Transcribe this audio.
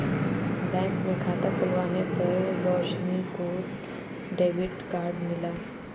bank में खाता खुलवाने पर रोशनी को डेबिट कार्ड मिला